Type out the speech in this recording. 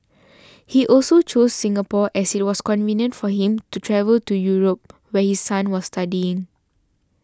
he also chose Singapore as it was convenient for him to travel to Europe where his son was studying